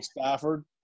Stafford